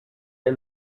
der